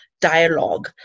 dialogue